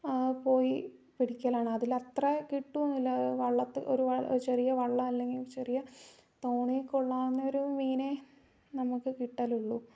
പോയി പിടിക്കലാണ് അതിൽ അത്ര കിട്ടുവൊന്നുമില്ല ഒരു ചെറിയ വള്ളം അല്ലെങ്കിൽ ചെറിയ തോണി കൊള്ളാവുന്ന ഒരു മീനെ നമുക്ക് കിട്ടുകയുള്ളൂ